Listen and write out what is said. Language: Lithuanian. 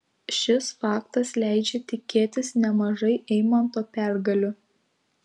šis faktas leidžia tikėtis nemažai eimanto pergalių